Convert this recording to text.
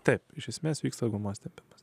taip iš esmės vyksta gumos tempimas